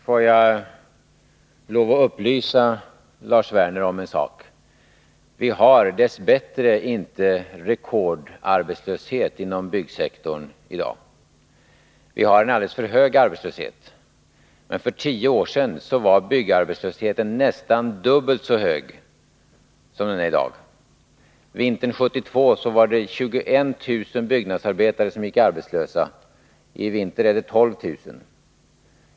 Herr talman! Får jag lov att upplysa Lars Werner om att vi dess bättre inte har rekordarbetslöshet inom byggsektorn i dag. Vi har en alldeles för hög arbetslöshet, men för tio år sedan var byggarbetslösheten nästan dubbelt så hög som den är i dag. Vintern 1972 gick 21 000 byggnadsarbetare arbetslösa — i vinter är det 12 000.